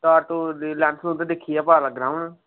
तार दी लैंथ दिक्खियै भी पता लग्गना सानूं